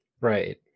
Right